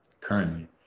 Currently